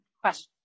question